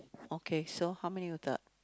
okay so how many with that